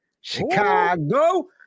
Chicago